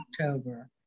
October